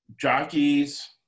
Jockeys